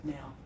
Now